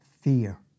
Fear